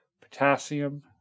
potassium